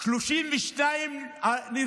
היו 32 נרצחים,